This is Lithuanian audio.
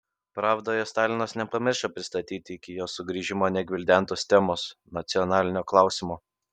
pravdoje stalinas nepamiršo pristatyti iki jo sugrįžimo negvildentos temos nacionalinio klausimo